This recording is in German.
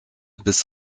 bis